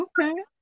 Okay